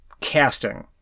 Casting